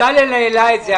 בצלאל סמוטריץ' העלה את זה.